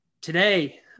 today